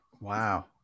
Wow